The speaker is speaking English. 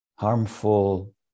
harmful